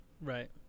Right